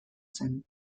zen